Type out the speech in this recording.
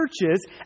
churches